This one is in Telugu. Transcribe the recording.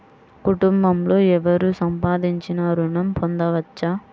కుటుంబంలో ఎవరు సంపాదించినా ఋణం పొందవచ్చా?